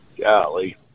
Golly